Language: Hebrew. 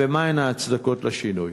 5. מה הן ההצדקות לשינוי?